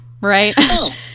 right